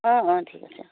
অঁ অঁ ঠিক আছে